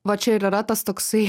va čia ir yra tas toksai